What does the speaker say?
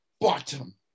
bottom